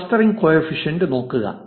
clustering coefficient നോക്കുക